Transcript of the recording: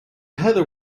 heather